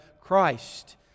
Christ